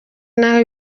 n’aho